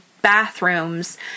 bathrooms